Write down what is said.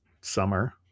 summer